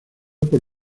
por